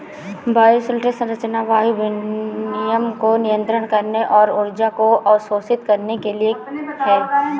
bioshelter संरचना वायु विनिमय को नियंत्रित करने और ऊर्जा को अवशोषित करने के लिए है